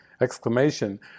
exclamation